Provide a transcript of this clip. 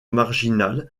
marginale